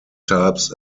types